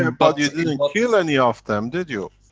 and but you didn't kill any of them, did you?